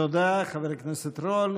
תודה, חבר הכנסת רול.